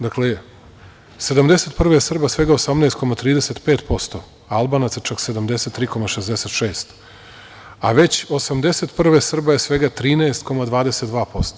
Dakle, 1971. godine Srba svega 18,35%, Albanaca čak 73,66%, a već 1981. godine Srba je svega je 13,22%